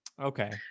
Okay